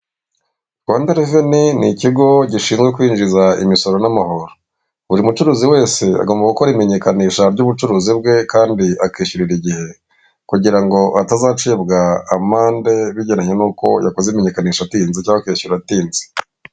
Rwanda reveni ni ikigo gishinzwe kwinjiza imisoro n'amahoro, buri mucuruzi wese agomba gukora imenyekanisha ry'ubucuruzi bwe kandi akishyurira igihe, kugirango atazacibwa amande bigendanye n'uko yakoze imenyekanisha atihinze cyangwa akishyura atinze.